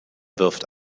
wirft